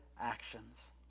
actions